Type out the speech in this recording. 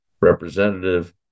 representative